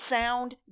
sound